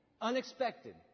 unexpected